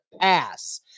pass